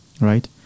right